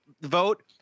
vote